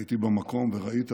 הייתי במקום וראיתי בדיוק,